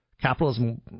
Capitalism